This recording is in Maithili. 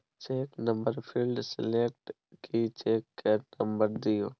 चेक नंबर फिल्ड सेलेक्ट कए चेक केर नंबर दियौ